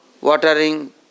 watering